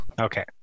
Okay